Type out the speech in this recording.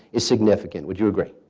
is significant. would you agree?